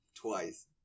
twice